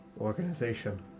organization